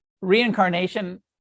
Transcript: reincarnation